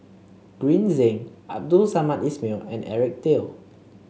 Green Zeng Abdul Samad Ismail and Eric Teo